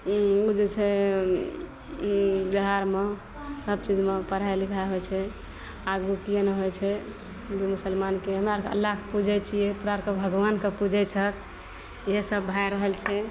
ओ जे छै बिहारमे सबचीजमे पढ़ाइ लिखाइ होइ छै आब ओ किएक ने होइ छै हिन्दू मुसलमानके हमसभ तऽ अल्लाहके पुजै छिए तोहरा आओरके भगवानके पुजै छहक इएहसब भै रहल छै